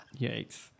Yikes